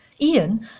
Ian